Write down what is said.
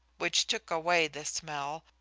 which took away this smell,